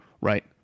right